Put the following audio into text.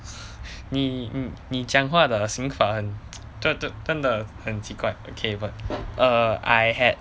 你你你讲话的形法很 真真真的很奇怪 okay but err I had